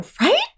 right